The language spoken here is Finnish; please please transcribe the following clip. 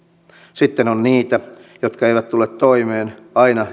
sitten on niitä jotka eivät tule toimeen aina